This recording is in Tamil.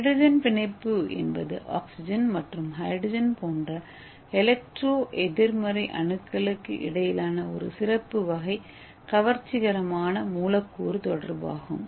ஹைட்ரஜன் பிணைப்பு என்பது ஆக்ஸிஜன் மற்றும் ஹைட்ரஜன் போன்ற எலக்ட்ரோ எதிர்மறை அணுக்களுக்கு இடையிலான ஒரு சிறப்பு வகை கவர்ச்சிகரமான மூலக்கூறு தொடர்பு ஆகும்